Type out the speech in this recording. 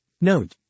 Note